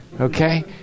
okay